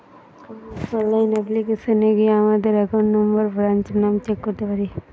online অ্যাপ্লিকেশানে গিয়া আমাদের একাউন্ট নম্বর, ব্রাঞ্চ নাম চেক করতে পারি